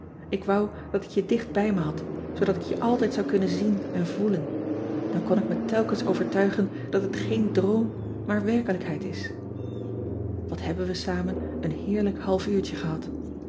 k wou dat ik je dicht bij me had zoodat ik je altijd zou kunnen zien en voelen an kon ik me telkens overtuigen dat het geen droom maar werkelijkheid is at hebben we samen een heerlijk halfuurtje gehad